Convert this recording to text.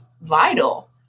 vital